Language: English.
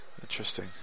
Interesting